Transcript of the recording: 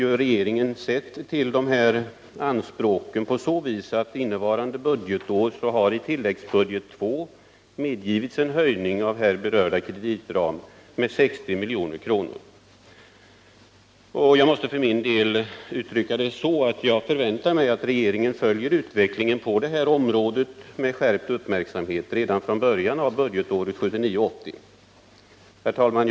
Under innevarande budgetår har på tilläggsbudget II medgivits en höjning av de här berörda krediterna med 60 milj.kr. Jag förväntar mig att regeringen följer utvecklingen på det här området med skärpt uppmärksamhet redan från början av budgetåret 1979/80. Herr talman!